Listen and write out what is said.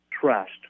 trust